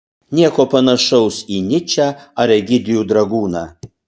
nieko panašaus į nyčę ar egidijų dragūną